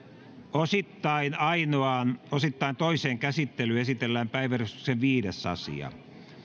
osittain ainoaan osittain toiseen käsittelyyn esitellään päiväjärjestyksen viides asia